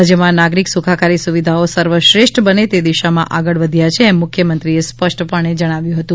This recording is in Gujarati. રાજ્યમાં નાગરિક સુખાકારી સુવિધાઓ સર્વશ્રેષ્ઠ બને તે દિશામાં આગળ વધ્યા છીએ એમ મુખ્યમંત્રીએ સ્પષ્ટપણે જણાવ્યું હતું